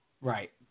Right